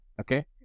okay